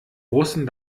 russen